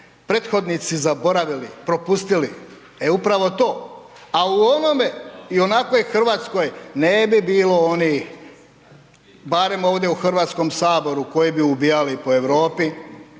prethodnici zaboravili, propustili, e upravo to. A u onome i onakvoj Hrvatskoj ne bi bilo onih barem ovdje u Hrvatskom saboru koji bi ubijali po Europi,